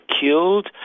killed